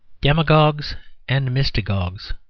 demagogues and mystagogues